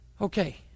Okay